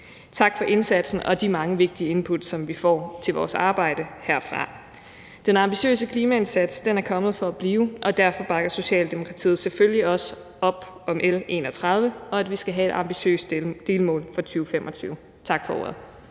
Tak for indsatsen og de mange vigtige input, som vi får, til vores arbejde herfra. Den ambitiøse klimaindsats er kommet for at blive, og derfor bakker Socialdemokratiet selvfølgelig også op om L 31 og om, at vi skal have et ambitiøst delmål for 2025. Tak for ordet.